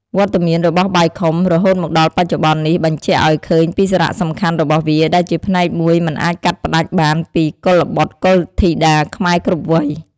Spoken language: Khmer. វត្តមានរបស់បាយខុំរហូតមកដល់បច្ចុប្បន្ននេះ បញ្ជាក់ឲ្យឃើញពីសារៈសំខាន់របស់វា ដែលជាផ្នែកមួយមិនអាចកាត់ផ្ដាច់បានពីកុលបុត្រកុលធីតាខ្មែរគ្រប់វ័យ។